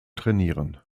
trainieren